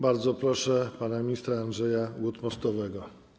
Bardzo proszę pana ministra Andrzeja Gut-Mostowego.